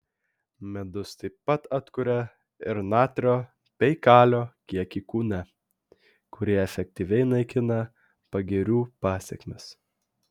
medus taip pat atkuria ir natrio bei kalio kiekį kūne kurie efektyviai naikina pagirių pasekmes